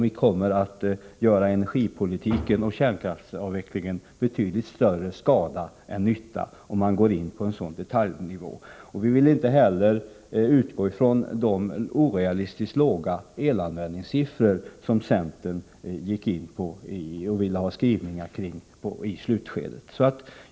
Vi skulle göra energipolitiken betydligt större skada än nytta genom att gå in på en sådan detaljnivå. Vi vill inte heller utgå ifrån de orealistiskt låga elanvändningssiffror som centern i slutskedet ville ha skrivningar kring.